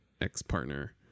ex-partner